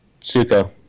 Suko